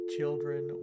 Children